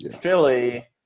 Philly